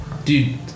Dude